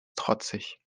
trotzig